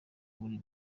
buri